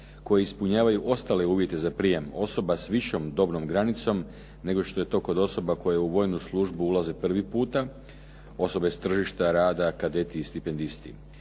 koji ispunjavaju ostale uvjeta za prijeme, osoba s višom dobnom granicom nego što je to kod osoba koje u vojnu službu ulaze prvi puta, osobe s tržišta rada, kadeti i stipendisti.